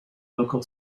local